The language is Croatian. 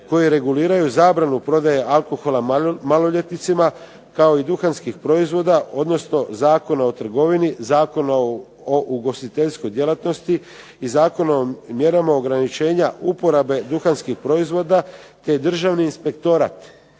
koji reguliraju zabranu prodaje alkohola maloljetnicima kao i duhanskih proizvoda, odnosno Zakona o trgovini, Zakona o ugostiteljskoj djelatnosti i zakonom mjerama ograničenja uporabe duhanskih proizvoda, te Državni inspektorat